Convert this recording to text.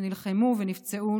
שנלחמו ונפצעו,